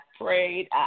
prayed